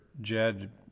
Jed